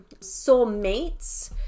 soulmates